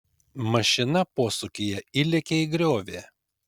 mašina posūkyje įlėkė į griovį